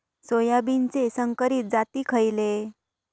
सोयाबीनचे संकरित जाती खयले?